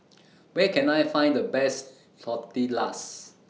Where Can I Find The Best Tortillas